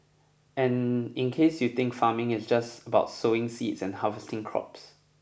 and in case you think farming is just about sowing seeds and harvesting crops